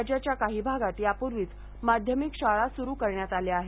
राज्याच्या काही भागात यापूर्वीच माध्यमिक शाळा सुरू करण्यात आल्या आहेत